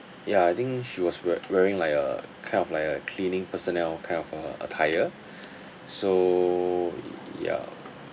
ya I think she was wea~ wearing like a kind of like a cleaning personnel kind of uh attire so ya